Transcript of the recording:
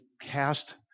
cast